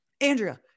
Andrea